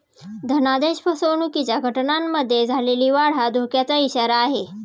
धनादेश फसवणुकीच्या घटनांमध्ये झालेली वाढ हा धोक्याचा इशारा आहे